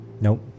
Nope